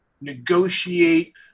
negotiate